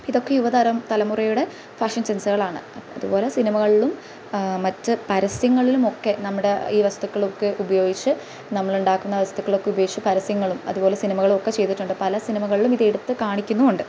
ഇതൊക്കെ യുവ തരം തലമുറയുടെ ഫാഷൻ സെന്സുകളാണ് അതുപോലെ സിനിമകളിലും മറ്റു പരസ്യങ്ങളിലുമൊക്കെ നമ്മടെ ഈ വസ്തുക്കളൊക്കെ ഉപയോഗിച്ച് നമ്മളുണ്ടാക്കുന്ന വസ്തുക്കളൊക്കെ ഉപയോഗിച്ച് പരസ്യങ്ങളും അതുപോലെ സിനിമകളുമൊക്കെ ചെയ്തിട്ടുണ്ട് പല സിനിമകളിലും ഇതെടുത്ത് കാണിക്കുന്നുമുണ്ട്